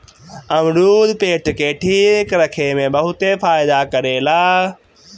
अमरुद पेट के ठीक रखे में बहुते फायदा करेला